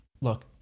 look